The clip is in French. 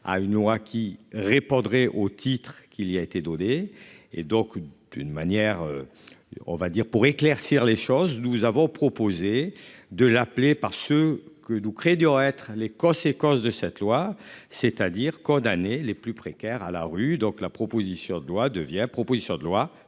à une loi qui répondrait au titre qu'il y a été donnée et donc d'une manière. On va dire pour éclaircir les choses. Nous avons proposé de l'appeler par ce que nous. Être les conséquences de cette loi c'est-à-dire condamné les plus précaires à la rue. Donc la proposition de loi devient, proposition de loi